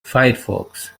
firefox